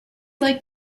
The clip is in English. like